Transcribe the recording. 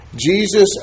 Jesus